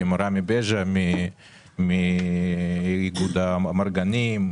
עם רמי בז'ה מאיגוד האמרגנים,